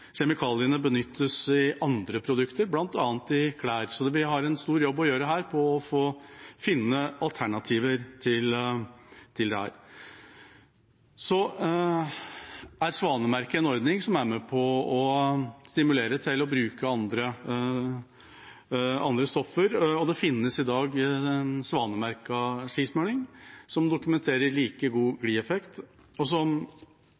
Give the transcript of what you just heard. benyttes i andre produkter, bl.a. i klær, så vi har her en stor jobb å gjøre med å finne alternativer. Svanemerket er en ordning som er med på å stimulere til å bruke andre stoffer, og det finnes i dag svanemerket skismurning, som dokumenterer like god glideffekt, og som